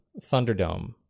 Thunderdome